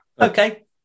Okay